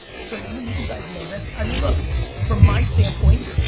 so you know you guys know this. i mean, look from my standpoint,